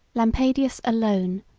lampadius alone,